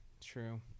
true